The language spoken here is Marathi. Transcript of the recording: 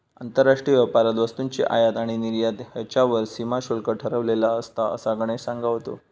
आंतरराष्ट्रीय व्यापारात वस्तूंची आयात आणि निर्यात ह्येच्यावर सीमा शुल्क ठरवलेला असता, असा गणेश सांगा होतो